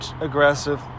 aggressive